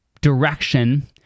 direction